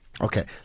Okay